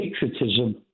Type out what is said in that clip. patriotism